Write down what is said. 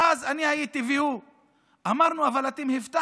הוא ואני ואמרנו: אבל הבטחתם